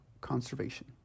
Conservation